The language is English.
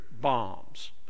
bombs